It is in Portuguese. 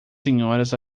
senhoras